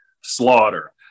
Slaughter